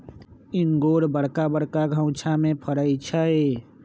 इंगूर बरका बरका घउछामें फ़रै छइ